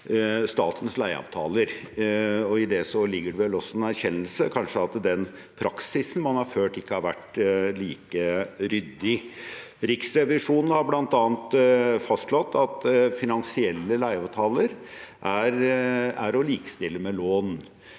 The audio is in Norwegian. statens leieavtaler. I det ligger det vel kanskje også en erkjennelse av at den praksisen man har ført, ikke har vært like ryddig. Riksrevisjonen har bl.a. fastslått at finansielle leieavtaler er å likestille med lån,